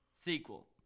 Sequel